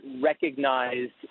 recognized